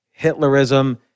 Hitlerism